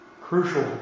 Crucial